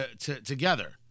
together